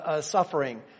suffering